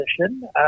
position